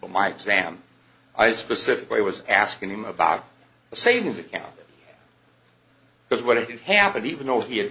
but my exam i specifically was asking him about a savings account because what if it happened even though he had